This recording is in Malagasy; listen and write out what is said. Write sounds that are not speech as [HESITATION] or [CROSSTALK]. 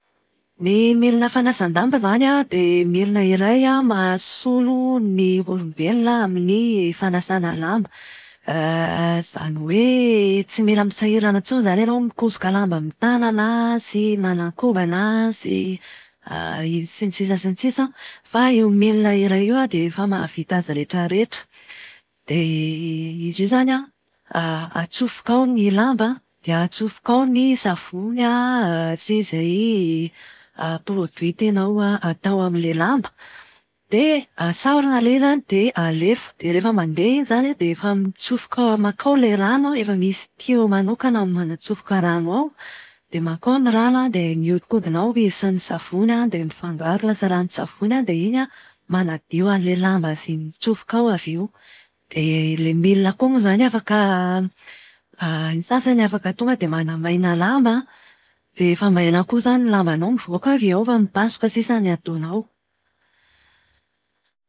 Ny milina fanasàn-damba izany an, dia milina iray an mahasolo ny olombelona amin'ny fanasana lamba. [HESITATION] Izany hoe [HESITATION] tsy mila misahirana intsony izany ianao mikosoka lamba amin'ny tanana sy manakobana sy [HESITATION] sy ny sisa sy ny sisa. Fa io milina iray io an dia efa mahavita azy rehetrarehetra. Dia izy io izany an, a atsofoka ao ny lamba dia atsofoka ao ny saovny [HESITATION] sy izay [HESITATION] produit tianao atao amin'ilay lamba. Dia asarona ilay izy an, dia alefa. Dia rehefa mandeha iny izany an, dia efa mitsofoka mankao ilay rano an, efa misy tio manokana manatsofoka rano ao. Dia mankao ny rano an, dia miodinkodina ao izy sy ny savony an, dia mifangaro lasa ranon-tsavony an. Dia iny an manadio an'ilay lamba izay mitsofoka ao avy eo. Dia ilay milina koa moa izany an afaka [HESITATION] ny sasany afaka tonga dia manamaina lamba an. Dia efa maina koa izany ny lambanao mivoaka avy eo fa mipasoka sisa no ataonao.